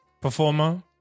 performer